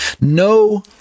no